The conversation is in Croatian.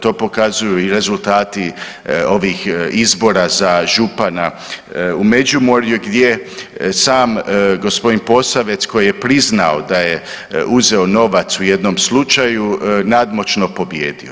To pokazuju i rezultati ovih izbora za župana u Međimurju gdje sam g. Posavec koji je priznao da je uzeo novac u jednom slučaju nadmoćno pobijedio.